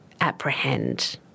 apprehend